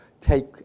take